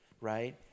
right